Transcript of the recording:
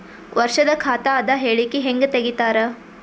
ವರ್ಷದ ಖಾತ ಅದ ಹೇಳಿಕಿ ಹೆಂಗ ತೆಗಿತಾರ?